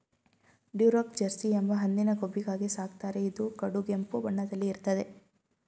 Duroc Jersey ಎಂಬ ಹಂದಿನ ಕೊಬ್ಬಿಗಾಗಿ ಸಾಕ್ತಾರೆ ಇದು ಕಡುಗೆಂಪು ಬಣ್ಣದಲ್ಲಿ ಇರ್ತದೆ